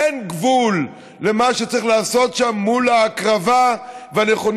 אין גבול למה שצריך לעשות שם מול ההקרבה והנכונות